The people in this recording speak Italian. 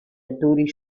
attori